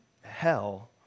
hell